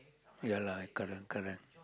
ya lah correct correct